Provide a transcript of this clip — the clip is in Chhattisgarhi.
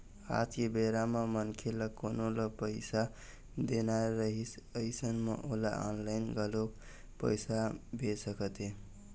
आज के बेरा म मनखे ल कोनो ल पइसा देना रहिथे अइसन म ओला ऑनलाइन घलोक पइसा भेज सकत हे